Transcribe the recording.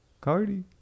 Cardi